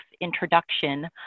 introduction